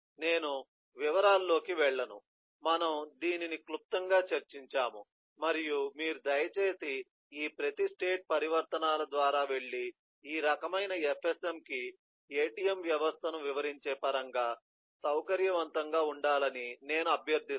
నేను వివరాల్లోకి వెళ్ళను మనము దీనిని క్లుప్తంగా చర్చించాము మరియు మీరు దయచేసి ఈ ప్రతి స్టేట్ పరివర్తనల ద్వారా వెళ్లి ఈ రకమైన FSMకి ATM వ్యవస్థను వివరించే పరంగా సౌకర్యవంతంగా ఉండాలని నేను అభ్యర్థిస్తాను